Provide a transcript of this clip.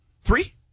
Three